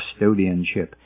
custodianship